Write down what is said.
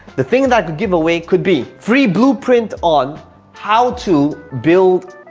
the thing that giveaway could be free blueprint on how to build